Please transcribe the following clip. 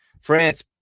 France